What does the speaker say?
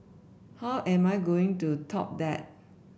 how am I going to top that